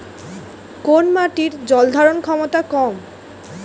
কোন মাটির জল ধারণ ক্ষমতা কম?